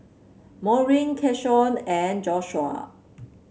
Maurine Keshawn and Joshuah